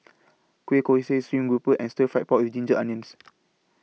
Kueh Kosui Stream Grouper and Stir Fry Pork with Ginger Onions